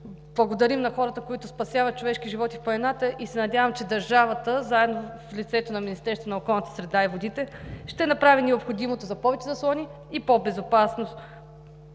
благодарим на хората, които спасяват човешки животи в планината, и се надявам, че държавата в лицето на Министерството на околната среда и водите ще направи необходимото за повече заслони, за по-безопасни